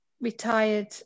retired